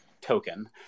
token